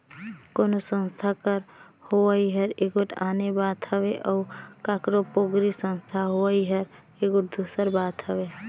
कोनो संस्था कर होवई हर एगोट आने बात हवे अउ काकरो पोगरी संस्था होवई हर एगोट दूसर बात हवे